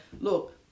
Look